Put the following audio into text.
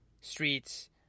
Streets